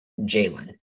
Jalen